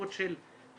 ההשתתפות של התלמידים,